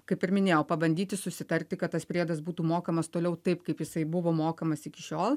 kaip ir minėjau pabandyti susitarti kad tas priedas būtų mokamas toliau taip kaip jisai buvo mokamas iki šiol